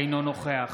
אינו נוכח